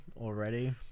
already